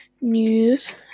News